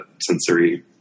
sensory